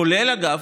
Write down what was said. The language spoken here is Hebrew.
כולל, אגב,